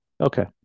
okay